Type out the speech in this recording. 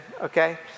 okay